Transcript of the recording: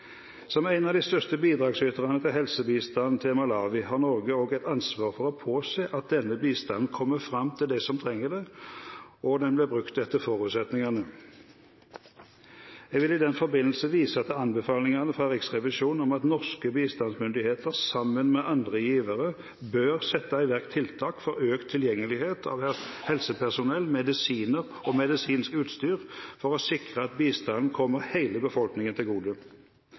Som en av de største bidragsyterne til helsebistand til Malawi har Norge også et ansvar for å påse at denne bistanden kommer fram til de som trenger det, og at den blir brukt etter forutsetningene. Jeg vil i den forbindelse vise til anbefalingene fra Riksrevisjonen om at norske bistandsmyndigheter sammen med andre givere bør sette i verk tiltak for økt tilgjengelighet av helsepersonell, medisiner og medisinsk utstyr for å sikre at bistanden kommer hele befolkningen til gode.